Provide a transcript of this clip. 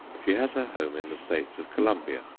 she has her home in the states of colombia,